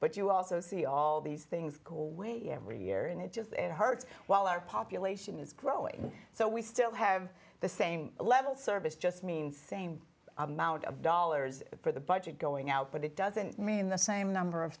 but you also see all these things cool way every year and it just hurts while our population is growing so we still have the same level service just means same amount of dollars for the budget going out but it doesn't mean the same number of